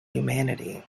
humanity